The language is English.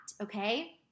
Okay